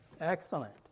Excellent